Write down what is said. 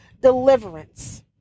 deliverance